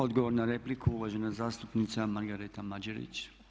Odgovor na repliku uvažena zastupnica Margareta Mađerić.